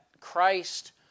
Christ